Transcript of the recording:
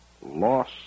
loss